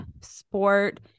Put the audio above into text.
sport